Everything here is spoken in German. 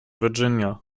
virginia